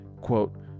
quote